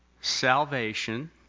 Salvation